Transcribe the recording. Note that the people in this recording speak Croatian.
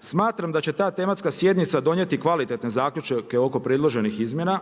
Smatram da će ta tematska sjednica donijeti kvalitetne zaključke oko predloženih izmjena